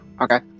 Okay